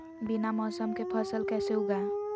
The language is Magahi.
बिना मौसम के फसल कैसे उगाएं?